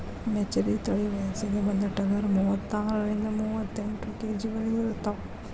ಮೆಚರಿ ತಳಿ ವಯಸ್ಸಿಗೆ ಬಂದ ಟಗರ ಮೂವತ್ತಾರರಿಂದ ಮೂವತ್ತೆಂಟ ಕೆ.ಜಿ ವರೆಗು ಇರತಾವ